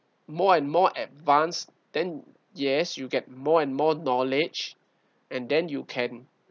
more and more advanced then yes you get more and more knowledge and then you can